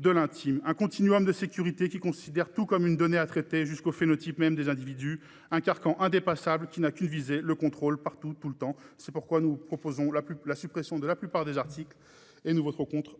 de l'intime ; un continuum de sécurité, qui considère tout comme une donnée à traiter, jusqu'au phénotype même des individus ; un carcan indépassable, qui n'a qu'une visée, le contrôle, partout et tout le temps. C'est pourquoi nous vous proposerons la suppression de la plupart des articles de